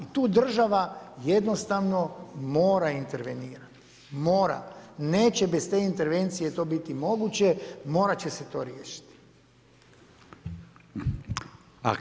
I tu država jednostavno mora intervenirati, mora neće bez te intervencije to biti moguće, morat će se to riješiti.